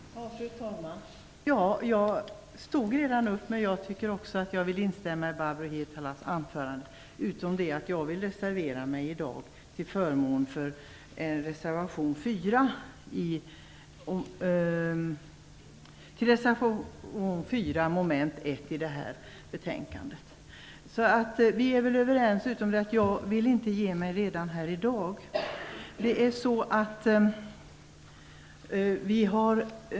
Fru talman! Jag stod redan upp, men jag tycker också att jag vill instämma i Barbro Hietalas anförande, utom att jag i dag vill uttala mig till förmån för reservation 4, mom. 1, till detta betänkande. Vi är överens utom på den punkten att jag inte vill ge mig redan i dag.